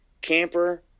Camper